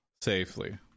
...safely